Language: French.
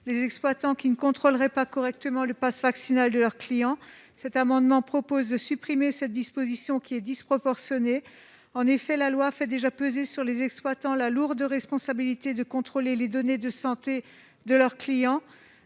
les exploitants qui ne contrôleraient pas correctement le passe vaccinal de leurs clients. Cet amendement propose de supprimer cette disposition qui est disproportionnée. En effet, la loi fait déjà peser sur les exploitants la lourde responsabilité de contrôler les données de santé de leurs clients.